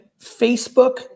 Facebook